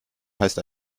heißt